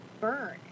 burn